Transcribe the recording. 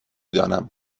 دانم